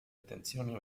attenzioni